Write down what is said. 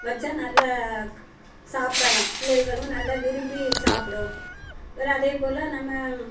வைச்சா நல்லா சாப்பிடலாம் பிள்ளைகளும் நல்லா விரும்பி சாப்பிடும் வேறு அதே போல் நம்ம